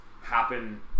happen